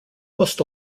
must